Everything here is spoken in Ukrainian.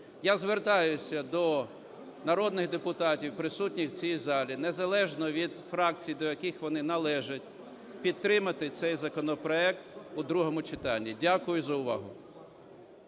Я звертаюся до народних депутатів, присутніх в цій залі, незалежно від фракцій, до яких вони належать, підтримати цей законопроект у другому читанні. Дякую за увагу.